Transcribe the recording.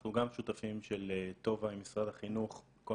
אנחנו גם שותפים של טובה ממשרד החינוך בכל